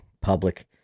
public